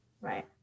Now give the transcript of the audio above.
Right